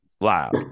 loud